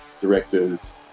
directors